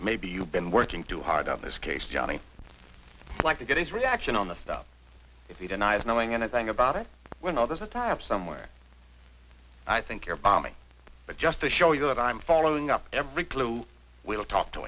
maybe you've been working too hard on this case johnny like to get his reaction on this stuff if he denies knowing anything about it when all there's a tie up somewhere i think you're balmy but just to show you that i'm following up every clue we'll talk to